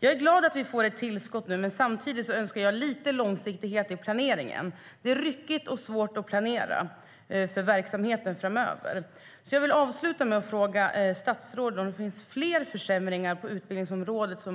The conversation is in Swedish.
Jag är glad att vi får ett tillskott nu, men samtidigt önskar jag lite långsiktighet i planeringen. Det är ryckigt och svårt att planera för verksamheten framöver. Jag vill avsluta med att fråga statsrådet om det är fler försämringar på gång på utbildningsområdet.